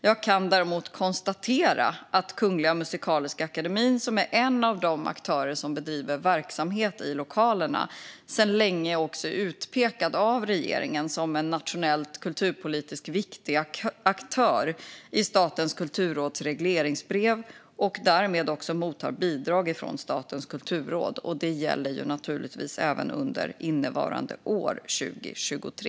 Jag kan däremot konstatera att Kungliga Musikaliska Akademien, som är en av de aktörer som bedriver verksamhet i lokalerna, sedan länge är utpekad av regeringen som en nationellt kulturpolitiskt viktig aktör i Statens kulturråds regleringsbrev och därmed också mottar bidrag från Statens kulturråd. Detta gäller naturligtvis även under innevarande år, 2023.